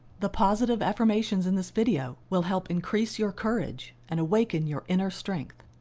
the positive affirmations in this video will help increase your courage and awaken your inner strength.